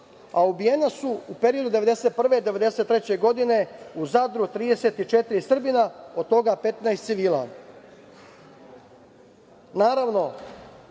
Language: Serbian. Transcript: a ubijena su, u periodu 1991/1993 godine, u Zadru 34 Srbina, od toga 15 civila.